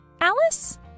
Alice